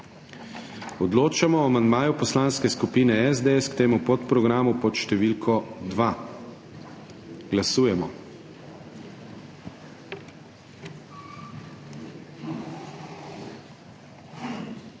Odločamo o amandmaju Poslanske skupine SDS k temu podprogramu. Glasujemo.